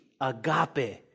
agape